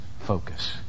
focus